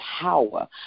power